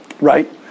right